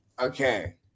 Okay